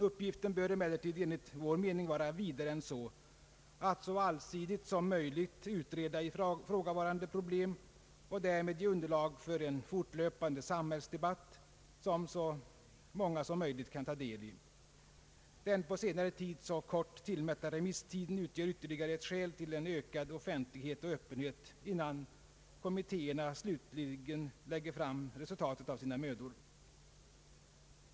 Uppgiften bör emellertid enligt vår mening vara vidare än så: att så allsidigt som möjligt utreda ifrågavarande problem och därmed ge underlag för en fortlöpande samhällsdebatt vilken så många som möjligt kan ta del i. Den på senare tid så kort tillmätta remisstiden utgör ytterligare ett skäl till en ökad offentlighet och öppenhet innan kommittéerna slutligt lägger fram resultatet av sina mödor.